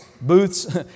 booths